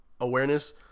awareness